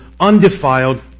undefiled